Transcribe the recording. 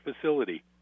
facility